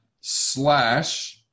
slash